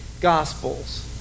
gospels